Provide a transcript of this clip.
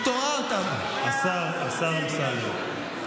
תעשה את הפרסומת, הר